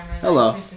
Hello